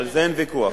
על זה אין ויכוח.